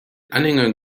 anhängern